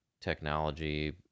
technology